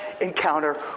encounter